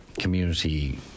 community